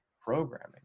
programming